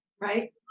Right